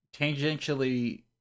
tangentially